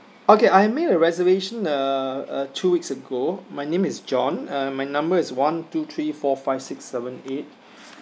okay I have made a reservation uh uh two weeks ago my name is john uh my number is one two three four five six seven eight